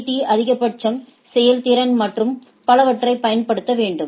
D அதிகபட்ச செயல்திறன் மற்றும் பலவற்றைப் பயன்படுத்த வேண்டும்